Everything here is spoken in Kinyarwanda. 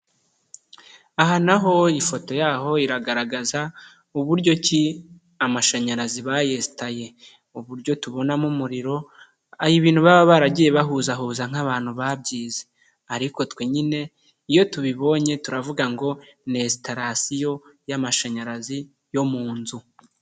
Aha na ho ifoto yaho iragaragaza uburyo ki amashanyarazi bayestaye ,uburyo tubonamo umuriro, ibintu baba baragiye bahuzahuza nk'abantu babyize. Ariko twe nyine iyo tubibonye turavuga ngo ni esitarasiyo y'amashanyarazi yo mu nzu.